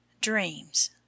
Dreams